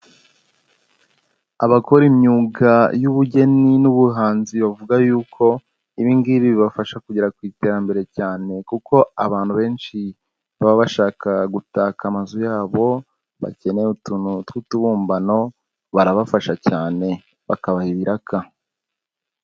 Abakora imyuga y'ubugeni n'ubuhanzi bavuga yuko ibingibi bibafasha kugera ku iterambere cyane kuko abantu benshi baba bashaka gutaka amazu yabo, bakeneye utuntu tw'utubumbano barabafasha cyane bakabaha ibiraka.